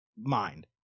mind